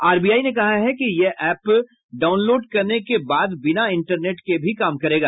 RBI ने कहा कि यह एप डाउनलोड करने के बाद बिना इंटरनेट के भी काम करेगा